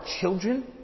children